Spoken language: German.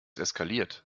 eskaliert